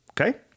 Okay